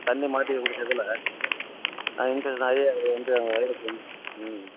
தண்ணி மாற்றி குடிச்சதுல ஆ இன்ஃபெக்ஷன் ஆகி வந்து வயிறு ம்